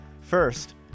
First